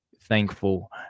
thankful